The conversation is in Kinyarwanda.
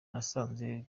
nasanze